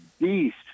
Beast